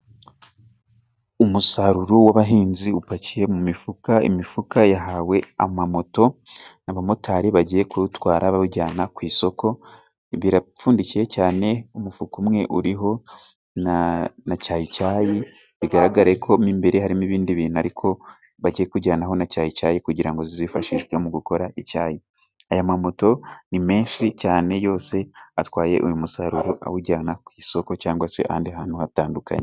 Umusaruro w'abahinzi upakiye mu mifuka, imifuka yahawe amamoto ni abamotari bagiye kuwutwara bawujyana ku isoko, birapfundikiye cyane umufuka umwe uriho na cyayicyayi bigaragareko mo imbere harimo ibindi bintu ,ariko bagiye kujyanaho na cyayicyayi kugira ngo zizifashishwe mu gukora icyayi. Aya mamoto ni menshi cyane yose atwaye uyu musaruro awujyana ku isoko cyangwag se ahandi hantu hatandukanye.